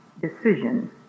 decision